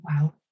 wow